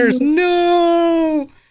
No